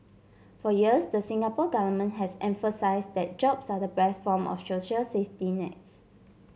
for years the Singapore Government has emphasised that jobs are the best form of social safety nets